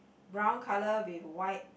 brown colour with white